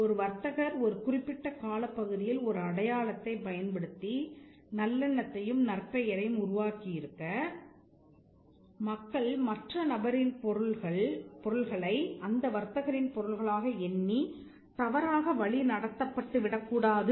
ஒரு வர்த்தகர் ஒரு குறிப்பிட்ட காலப்பகுதியில் ஒரு அடையாளத்தை பயன்படுத்தி நல்லெண்ணத்தையும் நற்பெயரையும் உருவாக்கி இருக்க மக்கள் மற்றொரு நபரின் பொருள்களை அந்த வர்த்தகரின் பொருள்களாக எண்ணித் தவறாக வழி நடத்தப்பட்டு விடக்கூடாது